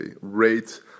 rate